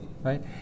Right